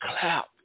clap